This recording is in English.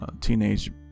teenage